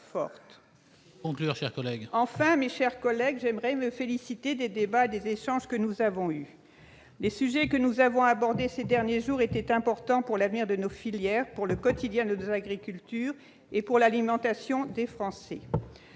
Enfin, mes chers collègues, j'aimerais me féliciter des débats et des échanges que nous avons eus. Les sujets que nous avons abordés ces derniers jours étaient importants pour l'avenir de nos filières, pour le quotidien de nos agriculteurs et pour l'alimentation des Français.